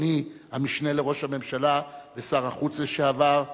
אדוני המשנה לראש הממשלה ושר החוץ לשעבר,